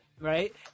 Right